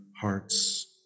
hearts